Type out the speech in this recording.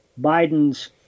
Biden's